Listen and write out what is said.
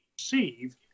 receive